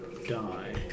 die